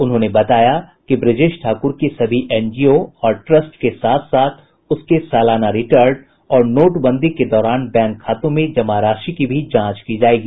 उन्होंने बताया कि ब्रजेश ठाकुर के सभी एनजीओ और ट्रस्ट के साथ साथ उसके सलाना रिटर्न और नोटबंदी के दौरान बैंक खातों में जमा राशि की भी जांच की जायेगी